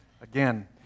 Again